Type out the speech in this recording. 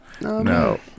no